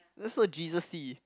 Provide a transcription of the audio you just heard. that's so Jesusy